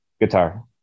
guitar